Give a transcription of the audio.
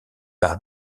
par